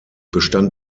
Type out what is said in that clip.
bestand